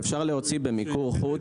אפשר להוציא למיקור חוץ,